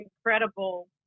incredible